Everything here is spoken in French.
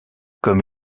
comme